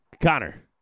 Connor